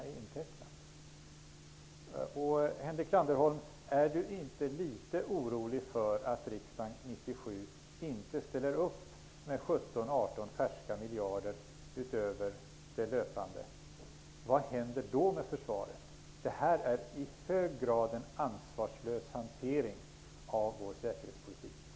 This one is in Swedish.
Är inte Henrik Landerholm litet orolig för att riksdagen 1997 inte ställer upp med 17--18 färska miljarder utöver det löpande? Vad händer då med försvaret? Detta är i hög grad en ansvarslös hantering av vår säkerhetspolitik.